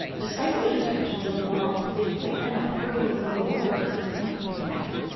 despite the good intentions of the law. it might end up hurting some of the workers it's meant to protect.